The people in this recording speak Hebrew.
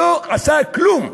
לא עשה כלום.